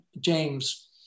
James